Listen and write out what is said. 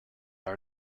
are